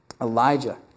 Elijah